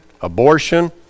abortion